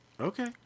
Okay